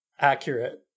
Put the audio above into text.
accurate